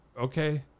okay